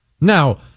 Now